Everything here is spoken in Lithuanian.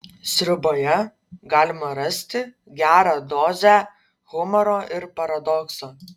sriuboje galima rasti gerą dozę humoro ir paradokso